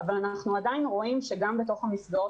אבל אנחנו עדיין רואים שגם בתוך המסגרות